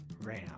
Ram